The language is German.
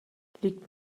liegt